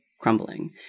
crumbling